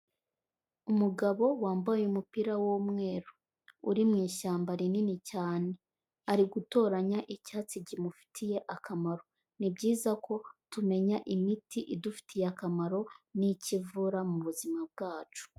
Umugabo wambaye umupira w'umweru, uri mu ishyamba rinini cyane, ari gutoranya icyatsi kimufitiye akamaro, ni byiza ko tumenya imiti idufitiye akamaro n'icyo ivura mu buzima bwacu.